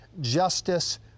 justice